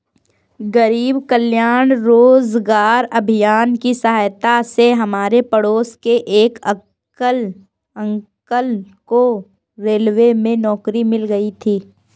गरीब कल्याण रोजगार अभियान की सहायता से हमारे पड़ोस के एक अंकल को रेलवे में नौकरी मिल गई थी